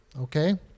okay